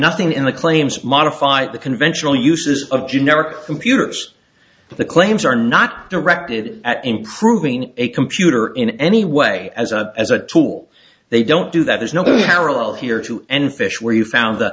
nothing in the claims modify the conventional uses of generic computers but the claims are not directed at improving a computer in any way as a as a tool they don't do that there's no barrel here to end fish where you found the